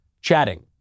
chatting